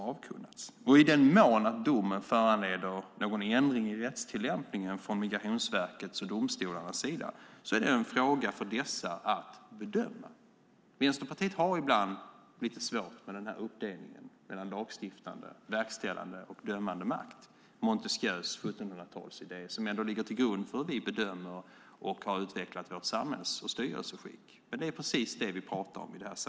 I den mån domen föranleder någon ändring i rättstillämpningen från Migrationsverkets och domstolarnas sida är det en fråga för dem att bedöma. Vänsterpartiet har ibland svårt med uppdelningen mellan lagstiftande, verkställande och dömande makt. Montesquieus 1700-talsidé ligger till grund för hur vi bedömer och hur vi har utvecklat vårt samhälls och styrelseskick. Det är det vi pratar om.